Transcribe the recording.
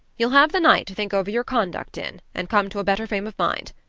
you'll have the night to think over your conduct in and come to a better frame of mind.